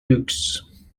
luxe